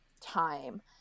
time